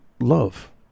love